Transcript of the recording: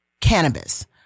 cannabis